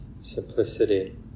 simplicity